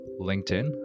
LinkedIn